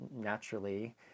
naturally